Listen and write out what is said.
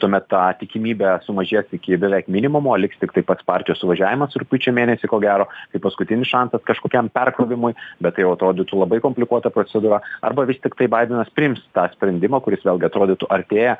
tuomet ta tikimybė sumažės iki beveik minimumo liks tiktai pats partijos suvažiavimas rugpjūčio mėnesį ko gero kaip paskutinis šansas kažkokiam perkrovimui bet tai jau atrodytų labai komplikuota procedūra arba vis tiktai badenas priims tą sprendimą kuris vėlgi atrodytų artėja